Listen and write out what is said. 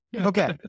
okay